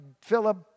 Philip